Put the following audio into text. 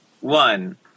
one